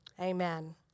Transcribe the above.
Amen